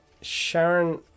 Sharon